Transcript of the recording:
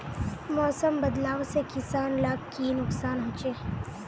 मौसम बदलाव से किसान लाक की नुकसान होचे?